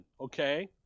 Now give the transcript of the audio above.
okay